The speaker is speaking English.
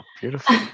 beautiful